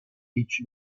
each